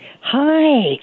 Hi